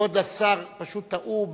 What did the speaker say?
כבוד השר, פשוט טעו.